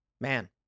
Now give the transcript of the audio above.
Man